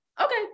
Okay